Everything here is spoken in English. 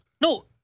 No